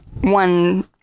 one